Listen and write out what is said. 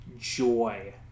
joy